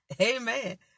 Amen